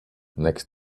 next